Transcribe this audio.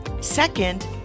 Second